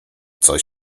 coś